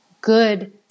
good